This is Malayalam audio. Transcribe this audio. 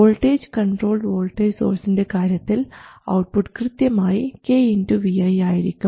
വോൾട്ടേജ് കൺട്രോൾഡ് വോൾട്ടേജ് സോഴ്സിൻറെ കാര്യത്തിൽ ഔട്ട്പുട്ട് കൃത്യമായി k Vi ആയിരിക്കും